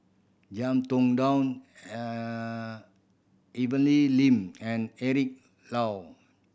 Tong Dow Evelyn Lin and Eric Low